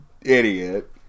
idiot